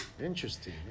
Interesting